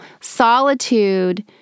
solitude